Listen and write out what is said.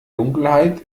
dunkelheit